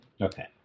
Okay